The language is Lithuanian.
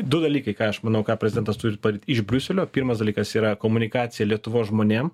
du dalykai ką aš manau ką prezidentas turi iš briuselio pirmas dalykas yra komunikacija lietuvos žmonėm